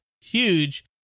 huge